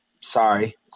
sorry